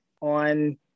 on